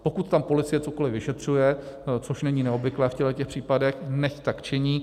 Pokud tam policie cokoli vyšetřuje, což není neobvyklé v těchto případech, nechť tak činí.